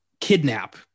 kidnap